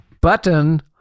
button